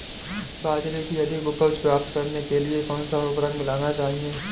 बाजरे की अधिक उपज प्राप्त करने के लिए कौनसा उर्वरक मिलाना चाहिए?